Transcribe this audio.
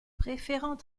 préférant